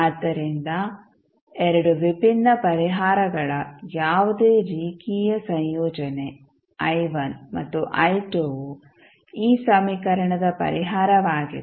ಆದ್ದರಿಂದ 2 ವಿಭಿನ್ನ ಪರಿಹಾರಗಳ ಯಾವುದೇ ರೇಖೀಯ ಸಂಯೋಜನೆ ಮತ್ತು ವು ಈ ಸಮೀಕರಣದ ಪರಿಹಾರವಾಗಿದೆ